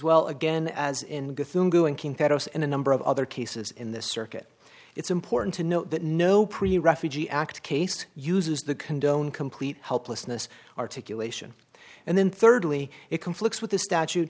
well again as in good in a number of other cases in this circuit it's important to note that no pre refugee act case uses the condone complete helplessness articulation and then thirdly it conflicts with the statute